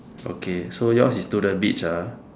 okay so yours is to the beach ah